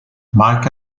mike